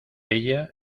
ella